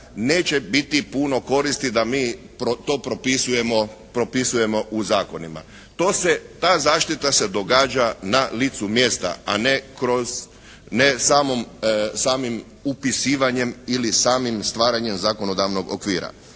neće biti puno koristi da mi to propisujemo u zakonima. To se, ta zaštita se događa na licu mjesta, a ne kroz, ne samim upisivanjem ili samim stvaranjem zakonodavnog okvira.